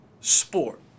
sport